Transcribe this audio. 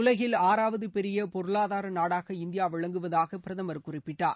உலகில் ஆறாவது பெரிய பொருளாதார நாடாக இந்தியா விளங்குவதாக பிரதமர் குறிப்பிட்டார்